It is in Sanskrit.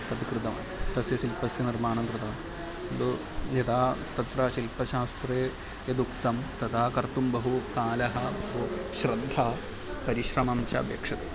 तत् कृतवान् तस्य शिल्पस्य निर्माणं कृतवान् किन्तु यदा तत्र शिल्पशास्त्रे यदुक्तं तदा कर्तुं बहुकालः वा श्रद्धा परिश्रमं च अपेक्ष्यते